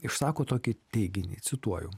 išsako tokį teiginį cituoju